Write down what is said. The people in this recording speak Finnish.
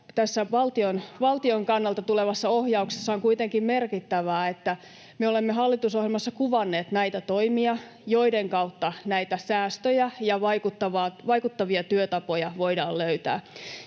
tässä valtion kannalta tulevassa ohjauksessa on kuitenkin merkittävää, on se, että me olemme hallitusohjelmassa kuvanneet näitä toimia, joiden kautta näitä säästöjä ja vaikuttavia työtapoja voidaan löytää.